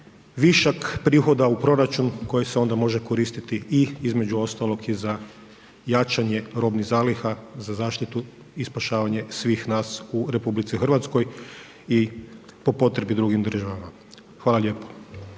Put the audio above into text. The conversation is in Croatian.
višak prihoda u proračun koji se onda može koristiti i između ostalog i za jačanje robnih zaliha za zaštitu i spašavanje svih nas u RH i po potrebi drugim državama. Hvala lijepo.